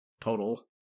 Total